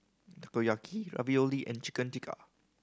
Takoyaki Ravioli and Chicken Tikka